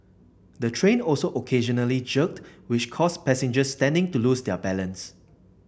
the train also occasionally jerked which caused passengers standing to lose their balance